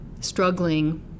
struggling